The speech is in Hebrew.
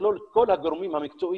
שתכלול את כל הגורמים המקצועיים,